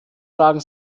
fragen